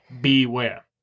Beware